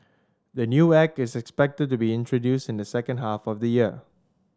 the new act is expected to be introduced in the second half of the year